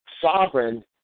sovereign